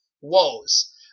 woes